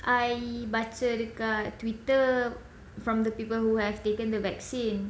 I baca dekat twitter from the people who have taken the vaccine